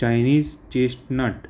Chinese chestnut